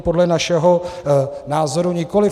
Podle našeho názoru nikoliv.